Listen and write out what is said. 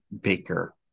Baker